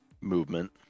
movement